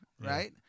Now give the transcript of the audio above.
right